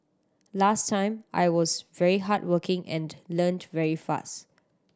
last time I was very hard working and learnt very fast